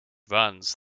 runs